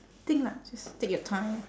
think lah just take your time